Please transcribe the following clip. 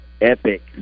epic